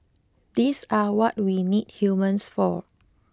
these are what we need humans for